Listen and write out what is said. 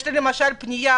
קיבלתי עכשיו פנייה,